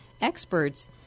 experts